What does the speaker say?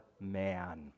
man